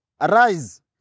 Arise